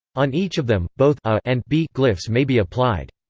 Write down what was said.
on each of them, both a and b glyphs may be applied.